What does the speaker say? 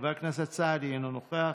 חבר הכנסת סעדי, אינו נוכח,